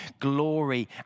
glory